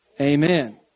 Amen